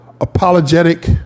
apologetic